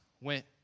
went